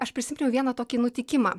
aš prisiminiau vieną tokį nutikimą